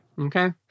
Okay